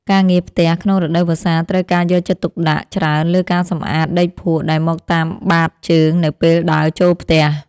ការងារផ្ទះក្នុងរដូវវស្សាត្រូវការការយកចិត្តទុកដាក់ច្រើនលើការសម្អាតដីភក់ដែលមកតាមបាតជើងនៅពេលដើរចូលផ្ទះ។